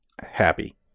happy